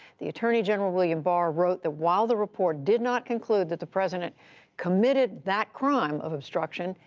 the attorney general, william barr, wrote the while the report did not conclude that the president committed that crime of obstruction,